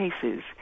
cases